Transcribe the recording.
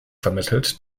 vermittelt